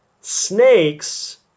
Snakes